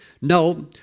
No